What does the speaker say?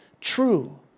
true